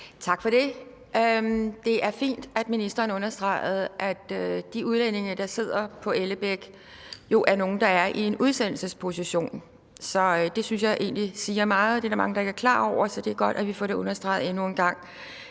Tak for det. Det er fint, at ministeren understregede, at de udlændinge, der sidder på Ellebæk, jo er nogle, der er i en udsendelsesposition. Det synes jeg egentlig siger meget, og det er der mange der ikke er klar over, så det er godt, at vi får det understreget endnu en gang.